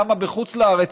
"למה בחוץ לארץ",